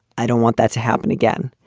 i don't want that to happen again.